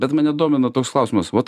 bet mane domina toks klausimas vat